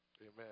amen